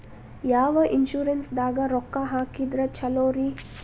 ಯಾವ ಇನ್ಶೂರೆನ್ಸ್ ದಾಗ ರೊಕ್ಕ ಹಾಕಿದ್ರ ಛಲೋರಿ?